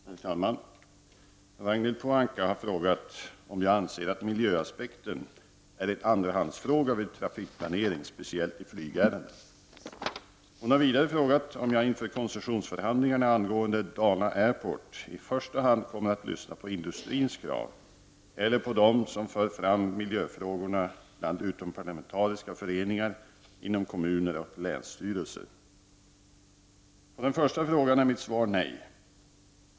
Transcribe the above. Herr talman! Ragnhild Pohanka har frågat om jag anser att miljöaspekten är en andrahandsfråga vid trafikplanering, speciellt i flygärenden. Hon har vidare frågat om jag inför koncessionsförhandlingarna angående Dala Airport i första hand kommer att lyssna på industrins krav eller på dem som för fram miljöfrågorna bland utomparlamentariska föreningar, inom kommuner och länsstyrelsen. På den första frågan är mitt svar nej.